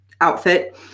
outfit